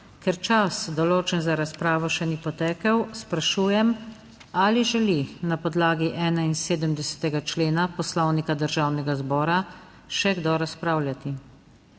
pa čas določen za razpravo še ni potekel, sprašujem, ali želi na podlagi 71. člena Poslovnika Državnega zbora še kdo razpravljati?